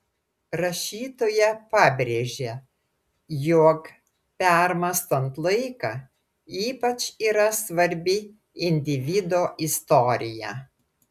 rašytoja pabrėžia jog permąstant laiką ypač yra svarbi individo istorija